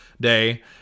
Day